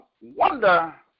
wonder